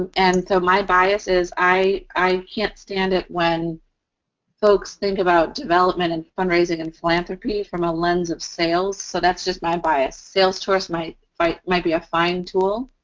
and so, my bias is i can't stand it when folks think about development and fundraising and philanthropy from a lens of sales. so, that's just my bias. salesforce might fight may be a fine tool,